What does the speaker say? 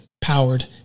powered